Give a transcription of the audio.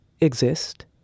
exist